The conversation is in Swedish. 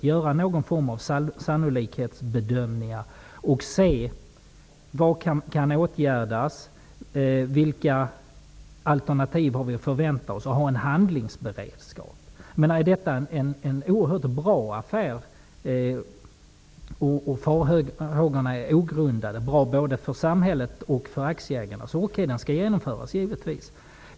Man kan göra någon form av sannolikhetsbedömning och se vad som kan åtgärdas och vilka alternativ vi kan förvänta oss så att vi kan ha en handlingsberedskap. Om detta är en oerhört bra affär både för samhället och aktieägarna och farhågorna är ogrundade skall den givetvis genomföras.